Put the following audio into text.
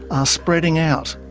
are spreading out.